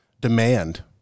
demand